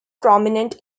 prominent